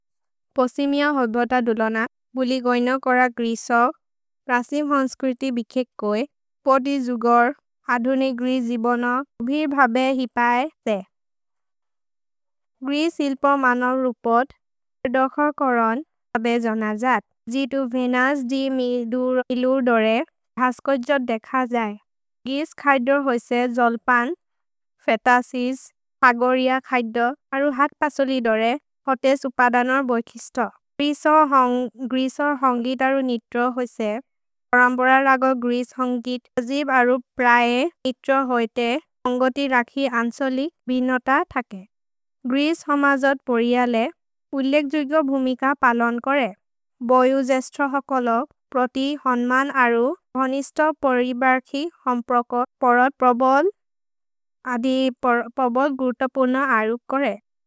पोसिमिअ होद्बोत दुलोन, बुलिगोय्नो कोर ग्रिसो, रसिम् हन्स्क्रिति बिखेक् कोए, पोदि जुगोर्, हधुनि ग्रिस् जिबोनो, उभिर् भबे हिपए से। ग्रिस् इल्पो मनो रुपोत्, दोख कोरोन्, अबे जोनजत्। जितु वेनस्ति मिदुर् इलुर् दोरे, भस्कोज्जोत् देख जै। ग्रिस् खय्दो होइसे जोल्पन्, फेतसिस्, पगोरिअ खय्दो, अरु हथ्पसोलि दोरे, होतेस् उपदनोर् बोइकिस्त। ग्रिसो होन्गित् अरु नित्रो होइसे, परम्बोर रगो ग्रिस् होन्गित् जजिब् अरु प्रए नित्रो होइते, होन्गोति रखि अन्सोलिक्, बिनोत थके। ग्रिस् होमजोत् पोरियले, उलेग्जुगो भुमिक पलोन् कोरे, बोयु जेस्त्रो हकलो, प्रोति होन्मन् अरु, होनिस्तो पोरिबर्खि, होम्प्रकोत्, परत् प्रोबोल्, अदि प्रोबोल् गुर्त पोन अरु कोरे।